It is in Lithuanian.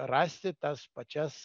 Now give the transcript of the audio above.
rasti tas pačias